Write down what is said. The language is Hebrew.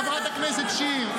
חברת הכנסת שיר.